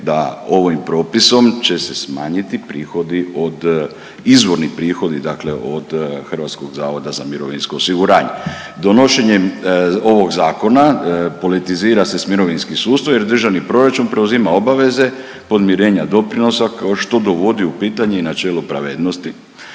da ovim propisom će se smanjiti prihodi od, izvorni prihodi dakle od HZMO-a. Donošenjem ovog zakona politizira se s mirovinskim sustavom jer Državni proračun preuzima obaveze podmirenja doprinosa kao što dovodi u pitanje i načelo pravednosti.